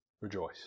rejoice